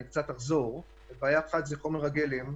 ואני קצת אחזור: בעיה אחת היא חומר הגלם/"פניציה",